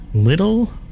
Little